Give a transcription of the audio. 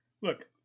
Look